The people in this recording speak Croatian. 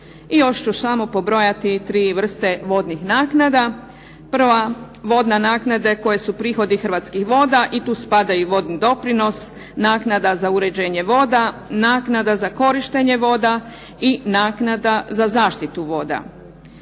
I još ću samo pobrojati tri vrste vodnih naknada, prva vodna naknada koje su prihodi Hrvatski voda i tu spadaju i vodni doprinos, naknada za uređenje voda, naknada za korištenje voda i naknada za zaštitu voda.